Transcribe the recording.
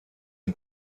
une